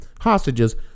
hostages